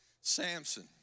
Samson